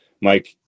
Mike